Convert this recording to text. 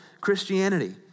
Christianity